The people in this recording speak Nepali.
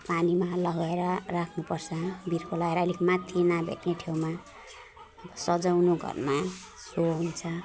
अन्त पानीमा लगाएर राख्नुपर्छ बिर्को लगाएर अलिक माथि नभेट्ने ठाउँमा सजाउनु घरमा सो हुन्छ